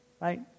right